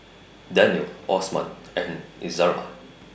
Danial Osman and Izara